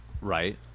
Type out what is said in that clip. Right